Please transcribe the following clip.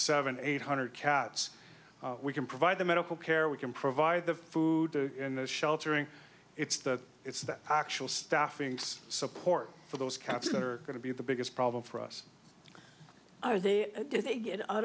seven eight hundred cats we can provide the medical care we can provide the food and those sheltering it's that it's that actual staffing to support for those cats that are going to be the biggest problem for us if they get out